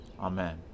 Amen